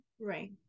Right